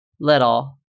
Little